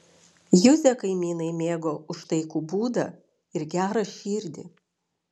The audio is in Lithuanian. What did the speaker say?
juzę kaimynai mėgo už taikų būdą ir gerą širdį